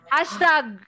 Hashtag